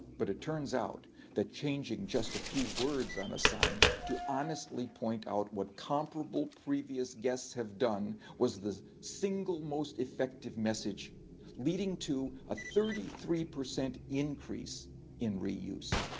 but it turns out that changing just a few words on a sign to honestly point out what comparable previous guests have done was the single most effective message leading to a thirty three percent increase in reuse.